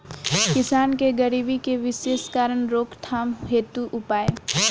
किसान के गरीबी के विशेष कारण रोकथाम हेतु उपाय?